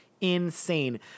Insane